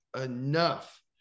enough